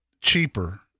cheaper